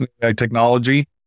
technology